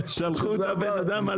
יהיה מסורבל,